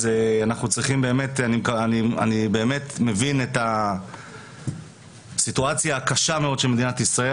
אני באמת מבין את הסיטואציה הקשה מאוד של מדינת ישראל,